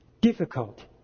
Difficult